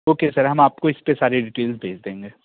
okay sir हम आपको इस पर सारी डिटेल भेज देंगे